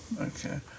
okay